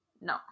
No